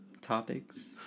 topics